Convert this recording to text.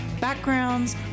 backgrounds